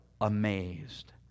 amazed